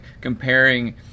comparing